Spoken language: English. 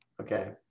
okay